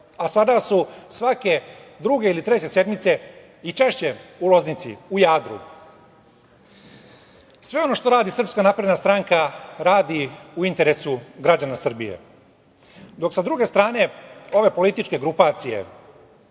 Sada su svake druge ili treće sedmice, i češće, u Loznici, u Jadru. Sve ono što radi SNS radi u interesu građana Srbije. Dok sa druge strane ove političke grupacije,